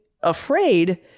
afraid